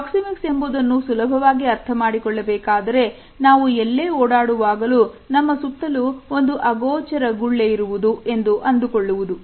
Proxemics ಎಂಬುದನ್ನು ಸುಲಭವಾಗಿ ಅರ್ಥಮಾಡಿಕೊಳ್ಳಬೇಕಾದರೆ ನಾವು ಎಲ್ಲೇ ಓಡಾಡುವಾಗಲು ನಮ್ಮ ಸುತ್ತಲೂ ಒಂದು ಅಗೋಚರ ಇರುವುದು ಎಂದು ಅಂದುಕೊಳ್ಳುವುದು